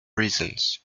reasons